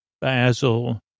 basil